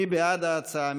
מי בעד ההצעה?